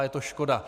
Je to škoda.